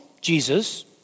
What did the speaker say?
Jesus